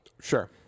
Sure